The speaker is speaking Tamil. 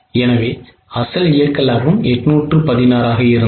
எனவே அசல் இயக்க லாபம் 816 ஆக இருந்தது